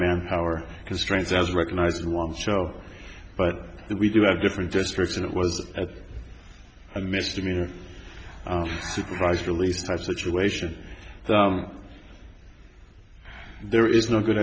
manpower constraints as recognized one show but we do have different districts and it was a misdemeanor supervised release type situation there is no good